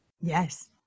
Yes